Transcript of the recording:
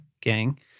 gang